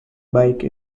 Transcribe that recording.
bike